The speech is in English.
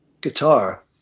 Guitar